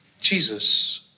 Jesus